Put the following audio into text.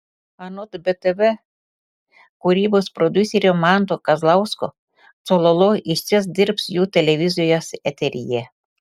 anot btv kūrybos prodiuserio manto kazlausko cololo išties dirbs jų televizijos eteryje